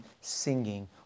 singing